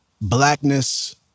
Blackness